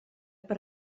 per